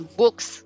books